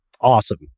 awesome